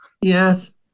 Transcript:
Yes